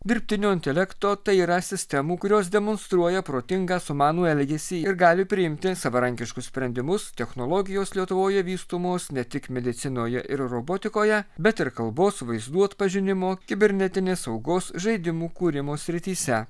dirbtinio intelekto tai yra sistemų kurios demonstruoja protingą sumanų elgesį ir gali priimti savarankiškus sprendimus technologijos lietuvoje vystomos ne tik medicinoje ir robotikoje bet ir kalbos vaizdų atpažinimo kibernetinės saugos žaidimų kūrimo srityse